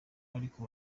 ariko